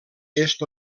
est